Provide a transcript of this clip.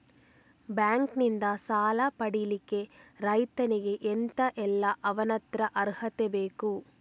Bank ನಿಂದ ಸಾಲ ಪಡಿಲಿಕ್ಕೆ ರೈತನಿಗೆ ಎಂತ ಎಲ್ಲಾ ಅವನತ್ರ ಅರ್ಹತೆ ಬೇಕು?